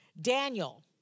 Daniel